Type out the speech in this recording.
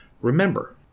remember